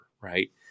right